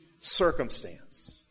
circumstance